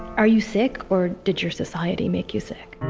are you sick or did your society make you sick.